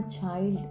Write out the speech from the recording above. child